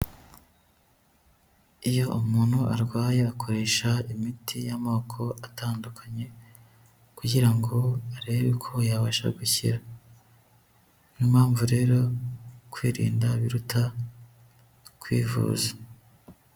Iyo umuntu arwaye akoresha imiti y'amoko atandukanye kugira ngo arebe ko yabasha gukira, niyo mpamvu rero kwirinda biruta kwivuza.